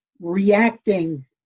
reacting